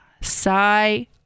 Sigh